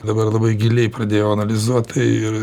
dabar labai giliai pradėjau analizuot tai ir